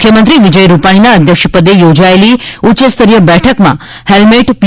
મુખ્યમંત્રી વિજય રૃપાણીના અધ્યક્ષપદે યોજાયેલી ઉચ્યસ્તરીય બેઠકમાં હેલ્મેટ પી